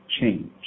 change